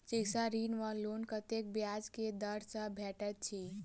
शिक्षा ऋण वा लोन कतेक ब्याज केँ दर सँ भेटैत अछि?